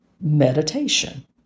Meditation